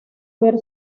ver